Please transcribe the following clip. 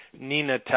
Nina